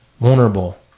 Vulnerable